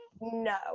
No